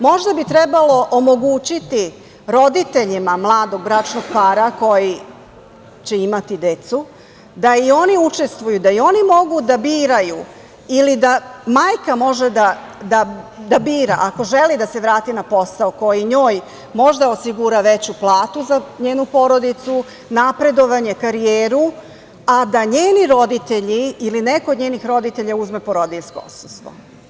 Možda bi trebalo omogućiti roditeljima mladog bračnog para koji će imati decu da i oni učestvuju, da i oni mogu da biraju ili da majka može da bira ako želi da se vrati na posao koji njoj možda osigura veću platu za njenu porodicu, napredovanje, karijeru, a da njeni roditelji ili neko od njenih roditelja uzme porodiljsko odsustvo.